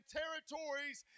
territories